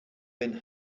bin